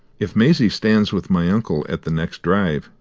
if maisie stands with my uncle at the next drive,